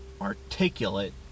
Articulate